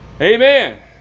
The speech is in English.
Amen